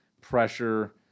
pressure